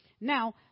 Now